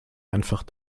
einfach